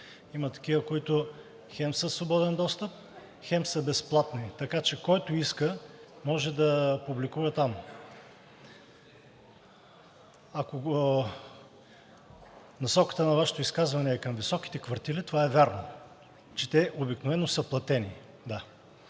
Има такива, които хем са със свободен достъп, хем са безплатни, така че който иска, може да публикува там. Ако насоката на Вашето изказване е към високите квартили, това е вярно, че те обикновено са платени,